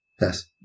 Yes